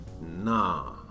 nah